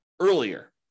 earlier